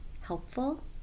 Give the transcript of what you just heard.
helpful